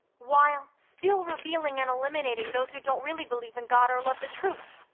while still revealing and eliminating those who don't really believe in god or love the truth.